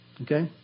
Okay